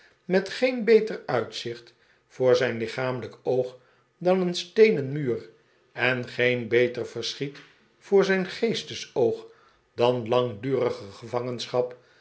met geen beter uitzicht voor zijn lichamelijk oog dan een steenen muur en geen beter verschiet voor zijn geestesoog dan langdurige gevangenschap